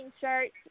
shirts